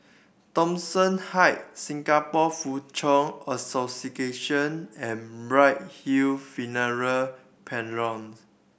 Thomson Heights Singapore Foochow Association and Bright Hill Funeral Parlour